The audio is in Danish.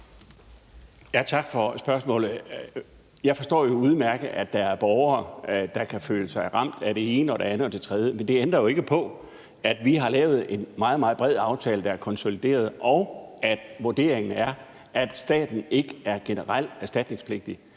Tak for spørgsmålet. Jeg forstår jo udmærket, at der er borgere, der kan føle sig ramt af det ene og det andet, men det ændrer jo ikke på, at vi har lavet en meget, meget bred aftale, der er konsolideret, og at vurderingen er, at staten ikke er generel erstatningspligtig.